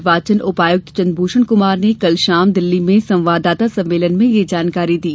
निर्वाचन उपायुक्त चंद्र भूषण कुमार ने कल शाम दिल्ली में संवाददाता सम्मेलन में यह जानकारी दी